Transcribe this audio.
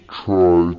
try